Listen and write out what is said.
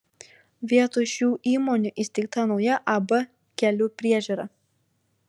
vietoj šių įmonių įsteigta nauja ab kelių priežiūra